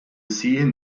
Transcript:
sehen